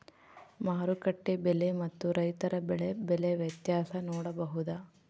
ಮಾರುಕಟ್ಟೆ ಬೆಲೆ ಮತ್ತು ರೈತರ ಬೆಳೆ ಬೆಲೆ ವ್ಯತ್ಯಾಸ ನೋಡಬಹುದಾ?